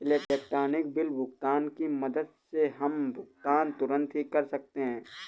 electronic bill भुगतान की मदद से हम भुगतान तुरंत ही कर सकते हैं